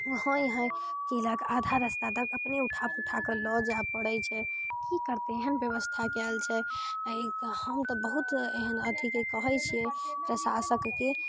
हाँइ हाँइ केलक आधा रस्ता तक अपने उठा पुठाके लअ जाइ पड़ै छै की करतै एहन व्यवस्था कयल छै हम तऽ बहुत एहन अथीके कहै छियै प्रशासकके